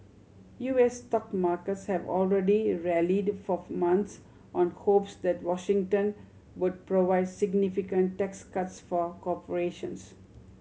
U S stock markets have already rallied for months on hopes that Washington would provide significant tax cuts for corporations